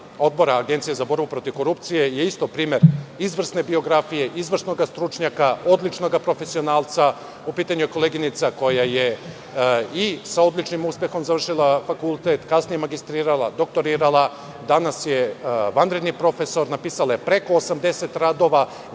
Agencije za borbu protiv korupcije je isto primer izvrsne biografije, izvrsnoga stručnjaka, odličnog profesionalca. U pitanju je koleginica koja je i sa odličnim uspehom završila fakultet, kasnije magistrirala, doktorirala. Danas je vanredni profesor. Napisala je preko 80 radova.